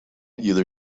either